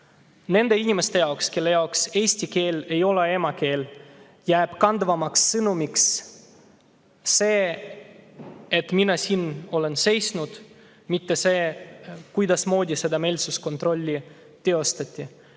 nende inimeste jaoks, kelle jaoks eesti keel ei ole emakeel, jääb kandvaks sõnumiks see, et mina olen siin seisnud, mitte see, kuidasmoodi seda meelsuskontrolli teostati.